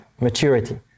Maturity